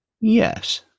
yes